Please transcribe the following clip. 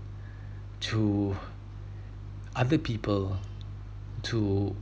to other people to